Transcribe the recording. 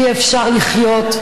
אי-אפשר לחיות.